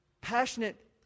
passionate